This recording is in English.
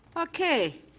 okay.